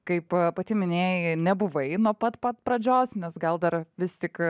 kaip pati minėjai nebuvai nuo pat pat pradžios nes gal dar vis tik